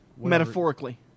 metaphorically